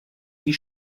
die